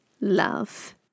love